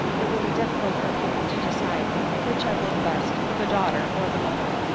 it will be difficult for people to decide which i love best, the daughter or the mother.